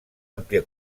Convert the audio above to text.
àmplia